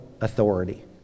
authority